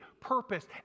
purpose